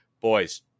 Boys